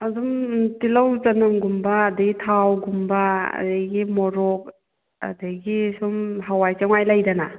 ꯑꯗꯨꯝ ꯇꯤꯜꯂꯧ ꯆꯅꯝꯒꯨꯝꯕ ꯑꯗꯩ ꯊꯥꯎꯒꯨꯝꯕ ꯑꯗꯒꯤ ꯃꯣꯔꯣꯛ ꯑꯗꯒꯤ ꯁꯨꯝ ꯍꯋꯥꯏ ꯆꯦꯡꯋꯥꯏ ꯂꯩꯗꯅ